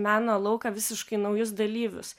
meno lauką visiškai naujus dalyvius